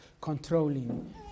controlling